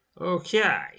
Okay